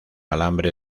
alambre